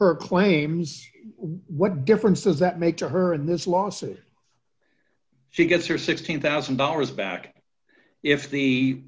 her claims what difference does that make to her in this lawsuit she gets her sixteen thousand dollars back if the